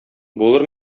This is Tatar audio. булыр